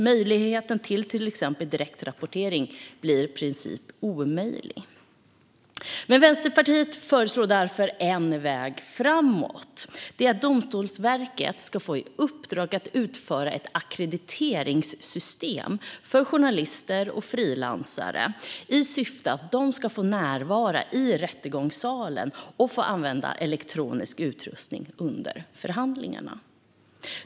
Möjligheten till exempelvis direktrapportering blir i princip omöjlig. Vänsterpartiet föreslår därför en väg framåt. Domstolsverket bör få i uppdrag att utforma ett ackrediteringssystem för journalister och frilansare i syfte att de ska få närvara i rättegångssalen och få använda elektronisk utrustning under förhandlingen.